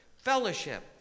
Fellowship